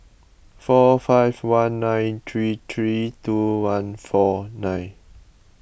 four five one nine three three two one four nine